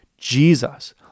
Jesus